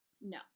No